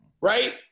right